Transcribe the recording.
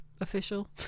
official